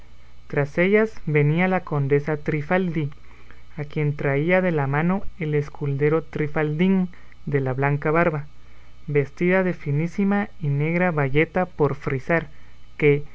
tras ellas venía la condesa trifaldi a quien traía de la mano el escudero trifaldín de la blanca barba vestida de finísima y negra bayeta por frisar que